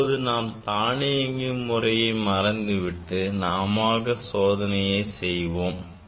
இப்போது நாம் தானியங்கி முறையை மறந்து விட்டு நாமாக சோதனையை செய்வோம்